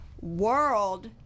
world